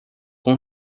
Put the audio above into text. com